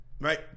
Right